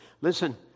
listen